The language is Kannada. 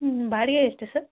ಹ್ಞೂ ಬಾಡಿಗೆ ಎಷ್ಟು ಸರ್